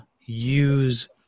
use